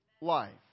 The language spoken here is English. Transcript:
life